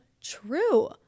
true